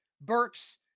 Burks